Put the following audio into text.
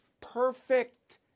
perfect